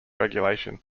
regulation